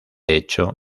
hecho